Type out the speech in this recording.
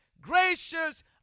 gracious